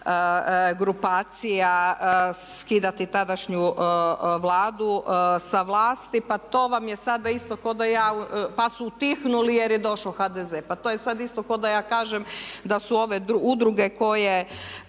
grupacija skidati tadašnju Vlada sa vlasti. Pa to vam je sada isto kao da ja, pa su utihnuli jer je došao HDZ. Pa to vam je sada isto kao da ja pa su utihnuli jer